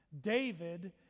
David